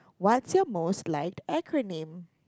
what's your most liked acronym